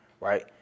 right